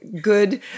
good